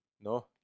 No